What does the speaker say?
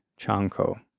chanko